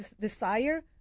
desire